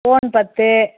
phone பத்து